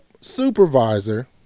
supervisor